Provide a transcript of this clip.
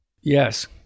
Yes